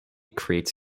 creates